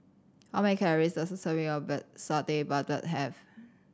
how many calories does a serving of Satay Babat have